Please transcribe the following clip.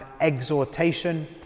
exhortation